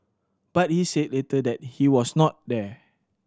but he said later that he was not there